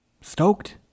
stoked